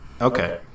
Okay